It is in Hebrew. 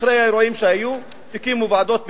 אחרי האירועים שהיו הקימו ועדות פיוס,